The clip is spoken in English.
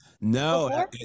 no